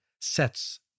sets